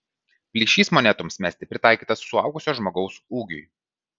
plyšys monetoms mesti pritaikytas suaugusio žmogaus ūgiui